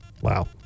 Wow